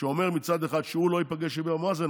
שאומר מצד אחד שהוא לא ייפגש עם אבו מאזן,